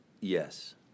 Yes